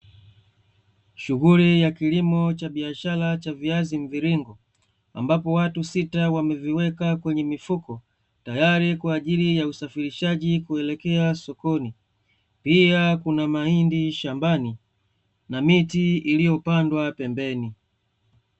Shughuli ya kilimo cha biashara cha viazi mviringo, ambapo watu sita wameviweka kwenye mifuko, tayari kwa ajili ya usafirishaji kuelekea sokoni. Pia kuna mahindi shambani, na miti iliyopandwa pembeni.